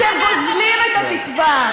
אתם גוזלים את התקווה.